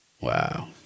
Wow